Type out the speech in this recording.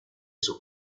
sus